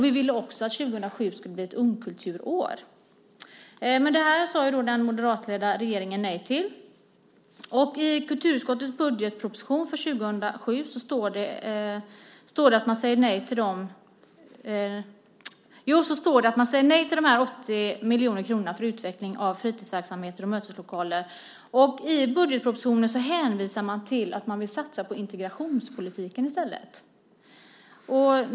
Vi ville också att 2007 skulle bli ett ungkulturår. Detta sade dock den moderatledda regeringen nej till. I den del av budgetpropositionen för 2007 som berör kulturområdet står det att man säger nej till dessa 80 miljoner kronor för utveckling av fritidsverksamheter och möteslokaler. Man hänvisar till att man vill satsa på integrationspolitiken i stället.